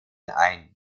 ein